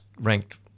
ranked